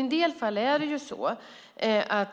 I en del fall innebär